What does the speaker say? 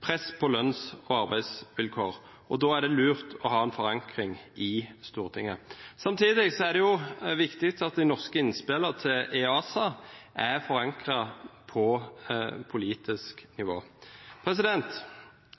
press på lønns- og arbeidsvilkår, og da er det lurt å ha en forankring i Stortinget. Samtidig er det viktig at de norske innspillene til EASA er forankret på politisk nivå.